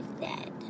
dead